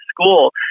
school